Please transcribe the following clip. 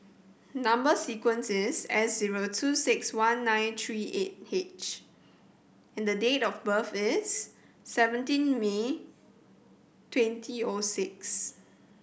number sequence is S zero two six one nine three eight H and date of birth is seventeen May twenty O six